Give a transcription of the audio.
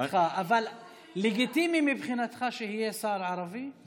אבל לגיטימי מבחינתך שיהיה שר ערבי מהרשימה המשותפת?